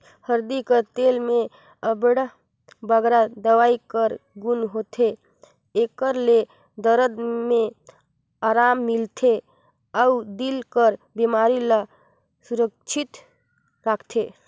हरदी कर तेल में अब्बड़ बगरा दवई कर गुन होथे, एकर ले दरद में अराम मिलथे अउ दिल कर बेमारी ले सुरक्छित राखथे